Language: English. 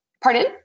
Pardon